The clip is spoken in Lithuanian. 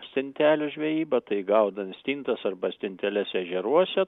stintelių žvejyba tai gaudant stintas arba spinteles ežeruose